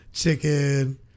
chicken